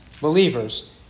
believers